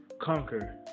conquer